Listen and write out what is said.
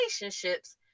relationships